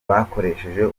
bakoresheje